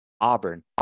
Auburn